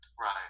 right